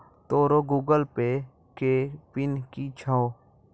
तोरो Google Pay के PIN कि छौं?